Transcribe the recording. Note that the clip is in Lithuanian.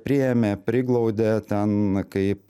priėmė priglaudė ten kaip